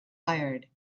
fired